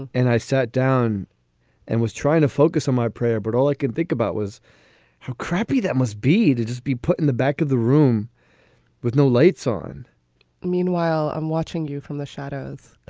and i sat down and was trying to focus on my prayer. but all i could think about was how crappy that must be to just be put in the back of the room with no lights on meanwhile, i'm watching you from the shadows